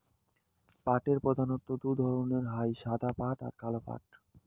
পাটের প্রধানত্ব দু ধরণের হই সাদা পাট আর কালো পাট